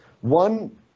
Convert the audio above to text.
One